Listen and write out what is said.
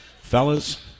fellas